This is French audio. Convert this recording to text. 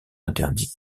interdit